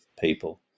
people